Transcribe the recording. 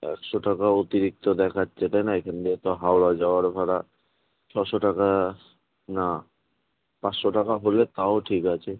একশো টাকা অতিরিক্ত দেখাচ্ছে তাই না এখান থেকে তো হাওড়া যাওয়ার ভাড়া ছশো টাকা না পাঁচশো টাকা হলে তাও ঠিক আছে